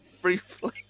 Briefly